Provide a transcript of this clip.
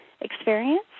experience